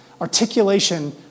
articulation